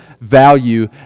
value